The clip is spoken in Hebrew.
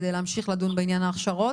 כדי להמשיך לדון בעניין ההכשרות.